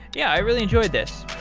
yeah, i really enjoyed this.